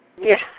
Yes